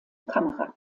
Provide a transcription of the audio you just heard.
kamera